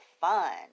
fun